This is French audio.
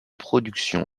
production